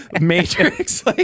Matrix